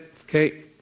okay